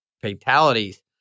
fatalities